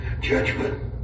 judgment